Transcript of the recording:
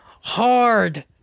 hard